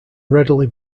readily